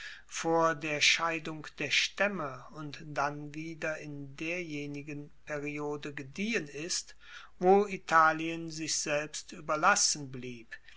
vor der scheidung der staemme und dann wieder in derjenigen periode gediehen ist wo italien sich selbst ueberlassen blieb